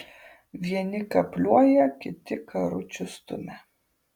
vieni kapliuoja kiti karučius stumia